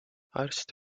arst